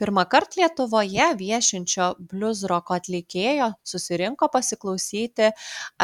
pirmąkart lietuvoje viešinčio bliuzroko atlikėjo susirinko pasiklausyti